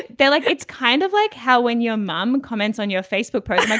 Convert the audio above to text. they're like it's kind of like how when your mom comments on your facebook post